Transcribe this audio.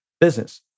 business